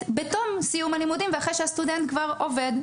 בתום הלימודים ואחרי שהסטודנט כבר עובד.